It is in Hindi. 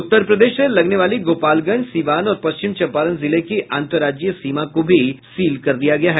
उत्तर प्रदेश से लगने वाली गोपालगंज सीवान और पश्चिम चम्पारण जिले की अंतर्राज्यीय सीमा को भी सील कर दिया गया है